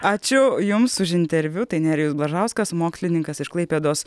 ačiū jums už interviu tai nerijus blažauskas mokslininkas iš klaipėdos